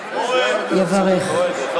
אריאל, בבקשה, יברך.